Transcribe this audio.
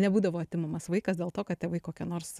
nebūdavo atimamas vaikas dėl to kad tėvai kokie nors